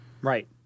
Right